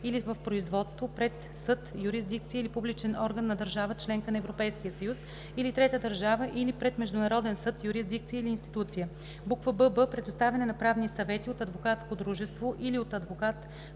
или в производство пред съд, юрисдикция или публичен орган на държава – членка на Европейския съюз, или трета държава, или пред международен съд, юрисдикция или институция; бб) предоставяне на правни съвети от адвокатско дружество или от адвокат